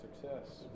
Success